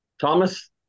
Thomas